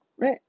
Right